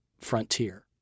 frontier